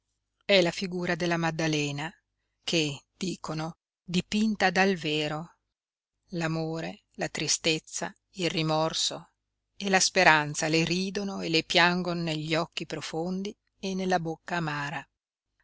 è la figura della maddalena che dicono dipinta dal vero l'amore la tristezza il rimorso e la speranza le ridono e le piangon negli occhi profondi e nella bocca amara